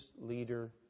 leader